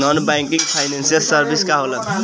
Non banking financial services का होला?